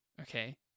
Okay